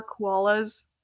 koalas